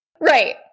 Right